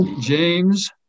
James